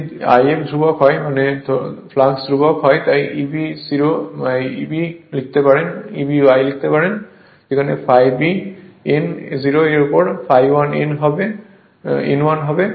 যদি If ধ্রুবক হয় মানে ফ্লাক্স ধ্রুবক তাই Eb 0 Eb1 লিখতে পারে ∅0 n 0 এর উপর ∅1 n 1 হবে